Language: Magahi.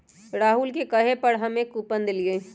राहुल के कहे पर हम्मे कूपन देलीयी